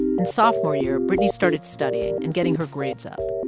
in sophomore year, brittany started studying and getting her grades up.